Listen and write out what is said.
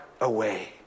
away